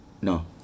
No